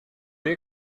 you